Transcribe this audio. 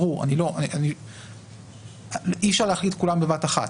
אי אפשר להחליט כולם בבת אחת.